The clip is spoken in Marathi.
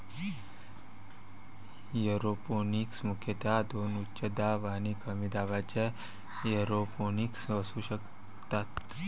एरोपोनिक्स मुख्यतः दोन उच्च दाब आणि कमी दाबाच्या एरोपोनिक्स असू शकतात